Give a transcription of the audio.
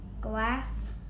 Glass